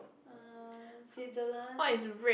err Switzerland